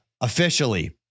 Officially